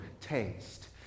taste